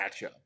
matchup